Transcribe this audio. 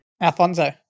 Alfonso